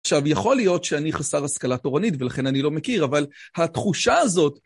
עכשיו, יכול להיות שאני חסר השכלה תורנית, ולכן אני לא מכיר, אבל התחושה הזאת...